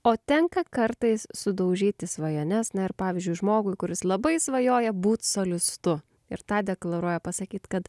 o tenka kartais sudaužyti svajones na ir pavyzdžiui žmogui kuris labai svajoja būti solistu ir tą deklaruoja pasakyti kad